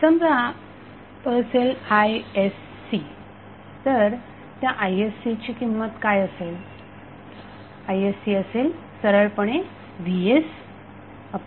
समजा तो असेल isc तर त्या iscची किंमत काय असेल iscअसेल सरळ पणे vsR